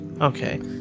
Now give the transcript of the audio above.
okay